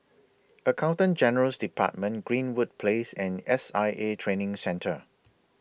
Accountant General's department Greenwood Place and S I A Training Centre